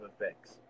effects